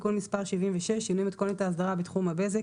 (תיקון מס' 76) (שינוי מתכונת האסדרה בתחום הבזק),